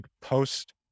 post